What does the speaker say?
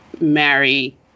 marry